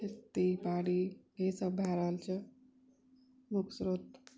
खेती बाड़ी यही सब भए रहल छै मुख्य स्रोत